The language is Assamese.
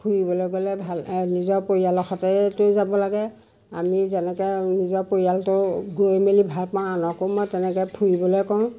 ফুৰিবলৈ গ'লে ভাল এ নিজৰ পৰিয়ালৰ সৈতেইতো যাব লাগে আমি যেনেকৈ নিজৰ পৰিয়ালটো গৈ মেলি ভাল পাওঁ আনকো মই তেনেকৈ ফুৰিবলৈ কওঁ